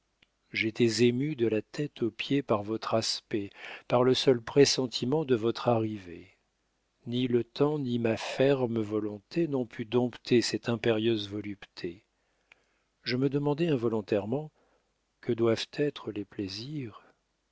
j'étais émue de la tête aux pieds par votre aspect par le seul pressentiment de votre arrivée ni le temps ni ma ferme volonté n'ont pu dompter cette impérieuse volupté je me demandais involontairement que doivent être les plaisirs